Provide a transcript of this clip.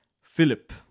Philip